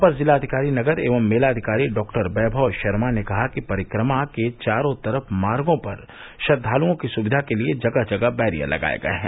अपर जिलाधिकारी नगर एवं मेलाधिकारी डॉ वैमव शर्मा ने कहा कि परिक्रमा के चारों तरफ मार्गो पर श्रद्वालुओं की सुविधा के लिये जगह जगह बैरियर लगाये गये हैं